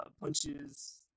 punches